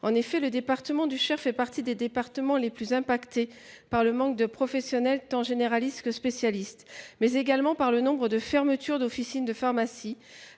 En effet, le Cher fait partie des départements les plus affectés par le manque de professionnels, tant généralistes que spécialistes, mais également par le nombre de fermetures d’officines de pharmacie